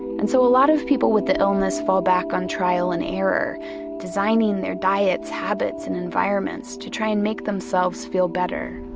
and so a lot of people with the illness fall back on trial and error designing their diets, habits, and environments to try and make themselves feel better